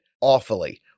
awfully